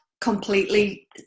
completely